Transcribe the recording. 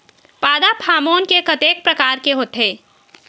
पादप हामोन के कतेक प्रकार के होथे?